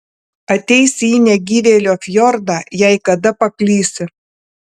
ateisi į negyvėlio fjordą jei kada paklysi